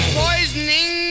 poisoning